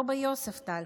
לא ביוספטל,